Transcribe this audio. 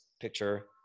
picture